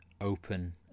open